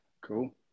Cool